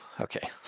Okay